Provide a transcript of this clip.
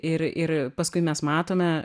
ir ir paskui mes matome